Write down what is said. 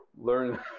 learn